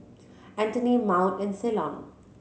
Anthony Maud and Ceylon